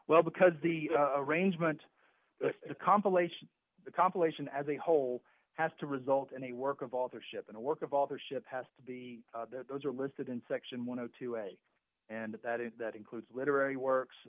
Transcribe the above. well because the arrangement is a compilation the compilation as a whole has to result in a work of authorship and a work of authorship has to be that those are listed in section one of two way and that and that includes literary works